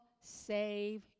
save